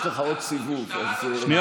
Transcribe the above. יש לך עוד סיבוב, אז אולי תקצר קצת.